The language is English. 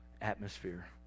atmosphere